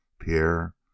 Pierre